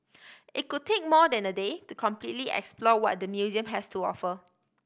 it could take more than a day to completely explore what the museum has to offer